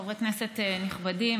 חברי כנסת נכבדים,